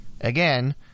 Again